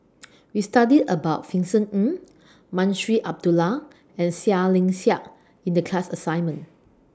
We studied about Vincent Ng Munshi Abdullah and Seah Liang Seah in The class assignment